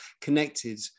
connected